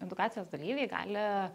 edukacijos dalyviai gali